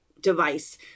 device